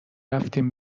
رفتیم